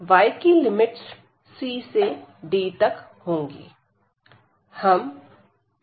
और y की limits c से d तक होंगी